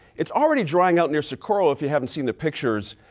it's already drying out near socorro, if you haven't seen the pictures.